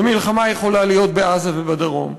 ומלחמה יכולה להיות בעזה ובדרום,